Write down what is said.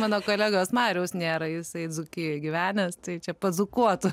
mano kolegos mariaus nėra jisai dzūkijoj gyvenęs tai čia padzūkuotų